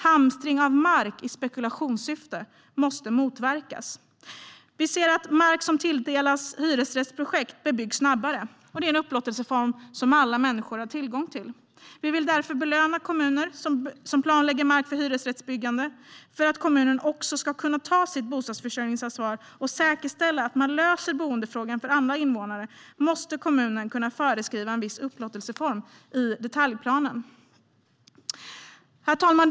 Hamstring av mark i spekulationssyfte måste motverkas. Vi ser att mark som tilldelas hyresrättsprojekt bebyggs snabbare, och hyresrätten är en upplåtelseform som alla människor har tillgång till. Vi vill därför belöna kommuner som planlägger mark för hyresrättsbyggande. För att kommunen också ska kunna ta sitt bostadsförsörjningsansvar och säkerställa att man löser boendefrågan för alla invånare måste kommunen kunna föreskriva en viss upplåtelseform i detaljplanen. Herr talman!